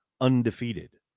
undefeated